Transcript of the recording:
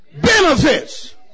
benefits